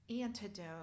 antidote